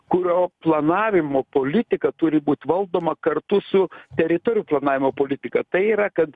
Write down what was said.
kurio planavimo politika turi būt valdoma kartu su teritorijų planavimo politika tai yra kad